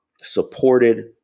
supported